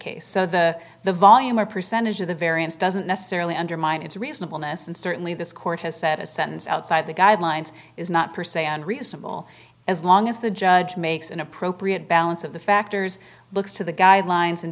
case so the the volume or percentage of the variance doesn't necessarily undermine it's reasonable ness and certainly this court has said a sentence outside the guidelines is not per se and reasonable as long as the judge makes an appropriate balance of the factors looks to the guidelines and